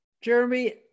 Jeremy